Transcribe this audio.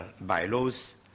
bylaws